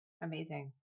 amazing